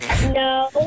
No